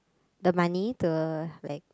the money to like